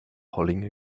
holding